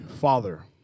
father